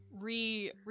re